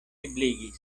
ebligis